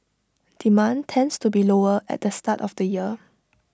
demand tends to be lower at the start of the year